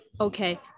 okay